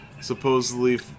supposedly